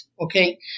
Okay